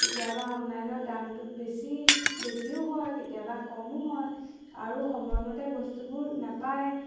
কেতিয়াবা অনলাইনৰ দামটোক বেছি বেছিও হয় কেতিয়াবা কমো হয় আৰু সময়মতে বস্তুবোৰ নাপায়